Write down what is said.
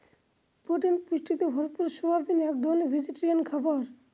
protein পুষ্টিতে ভরপুর soybean এক রকমের ভেজিটেরিয়ান খাবার